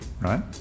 right